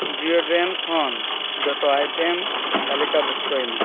deodorant ᱠᱷᱚᱱ ᱡᱚᱛᱚ item ᱛᱟᱞᱤᱠᱟ ᱵᱷᱩᱠᱛᱚᱭ ᱢᱮ